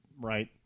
right